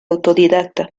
autodidacta